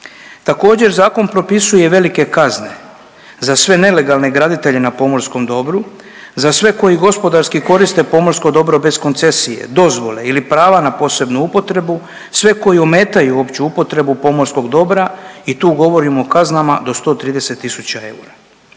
Također zakon propisuje velike kazne za sve nelegalne graditelje na pomorskom dobru, za sve koji gospodarski koriste pomorsko dobro bez koncesije, dozvole ili prava na posebnu upotrebu, sve koji ometaju opću upotrebu pomorskog dobra i tu govorimo o kaznama do 130 tisuća eura.